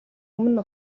өмнө